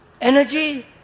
energy